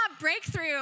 breakthrough